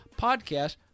podcast